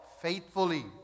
faithfully